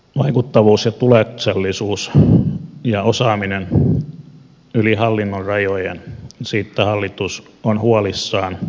vaikuttavuus ja tuloksellisuus ja osaaminen yli hallinnonrajojen siitä hallitus on huolissaan